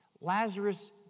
Lazarus